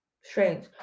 strange